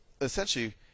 essentially